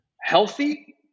Healthy